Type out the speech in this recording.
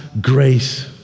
grace